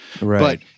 Right